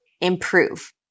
improve